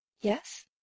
Yes